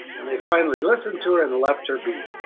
and they finally listened to her and left her be.